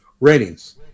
ratings